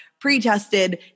pre-tested